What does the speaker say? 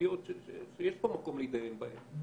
המשפטיים שיש פה מקום להתדיין בהם.